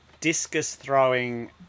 discus-throwing